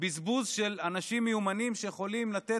בזבוז של אנשים מיומנים שיכולים לתת